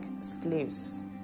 slaves